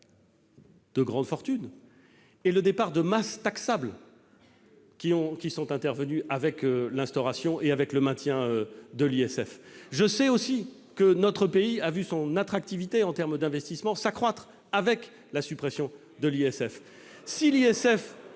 de grandes fortunes et de masses taxables intervenu avec l'instauration et le maintien de l'ISF. Je sais aussi que notre pays a vu son attractivité, en termes d'investissements, s'accroître avec la suppression de l'ISF.